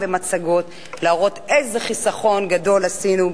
ומצגות כדי להראות איזה חיסכון גדול עשינו,